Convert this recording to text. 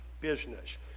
business